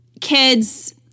kids-